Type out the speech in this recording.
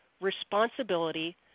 responsibility